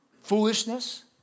foolishness